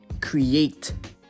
Create